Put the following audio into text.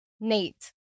Nate